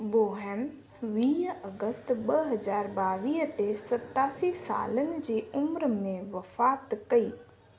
Boheme वीह अगस्त ॿ हज़ार ॿावीह ते सतासी सालनि जी उ्मिरि में वफ़ात कई